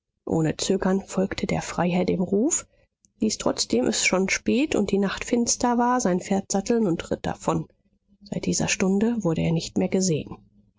ohne zögern folgte der freiherr dem ruf ließ trotzdem es schon spät und die nacht finster war sein pferd satteln und ritt davon seit dieser stunde wurde er nicht mehr gesehen